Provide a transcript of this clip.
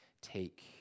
take